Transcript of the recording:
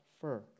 fur